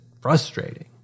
frustrating